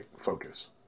focus